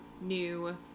new